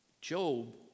Job